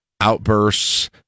outbursts